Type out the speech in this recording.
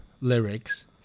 lyrics